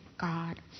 God